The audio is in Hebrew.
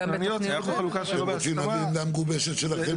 הוא לוקח היום בשטח בנוי, קח בערים